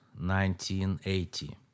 1980